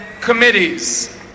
Committees